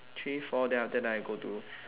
three four than after that I go to